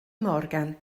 morgan